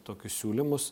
tokius siūlymus